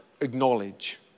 acknowledge